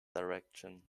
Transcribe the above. direction